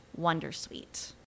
wondersuite